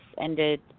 ended